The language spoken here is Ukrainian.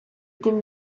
тим